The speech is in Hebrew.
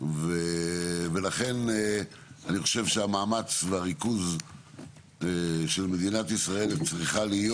ולכן אני חושב שהמאמץ והריכוז של מדינת ישראל צריכה להיות: